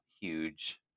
huge